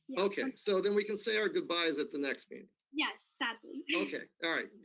okay, so then we can say our goodbyes at the next meeting. yes, sadly. okay, all right.